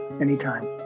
anytime